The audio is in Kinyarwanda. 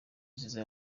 nziza